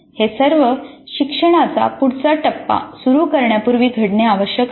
हे सर्व शिक्षणाचा पुढचा टप्पा सुरू करण्यापूर्वी घडणे आवश्यक आहे